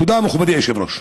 תודה, מכובדי היושב-ראש.